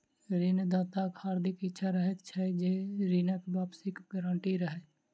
ऋण दाताक हार्दिक इच्छा रहैत छै जे ऋणक वापसीक गारंटी रहय